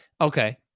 Okay